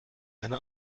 eine